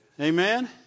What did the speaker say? Amen